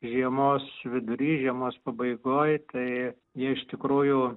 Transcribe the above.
žiemos vidury žiemos pabaigoj tai jie iš tikrųjų